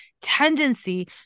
tendency